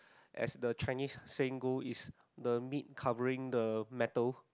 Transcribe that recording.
as the Chinese saying go it's the meat covering the metal